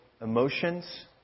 emotions